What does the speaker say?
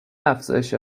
افزایش